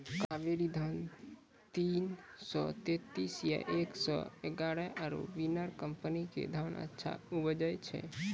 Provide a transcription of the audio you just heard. कावेरी धान तीन सौ तेंतीस या एक सौ एगारह आरु बिनर कम्पनी के धान अच्छा उपजै छै?